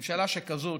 ממשלה שכזאת,